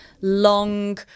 long